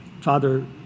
Father